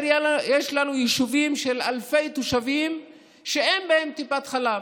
יש לנו יישובים של אלפי תושבים שאין בהם טיפת חלב.